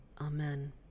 Amen